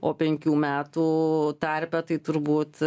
o penkių metų tarpe tai turbūt